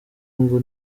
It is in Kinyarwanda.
ngo